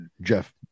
Jeff